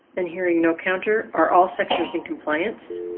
and hearing no counter are all sections in compliance.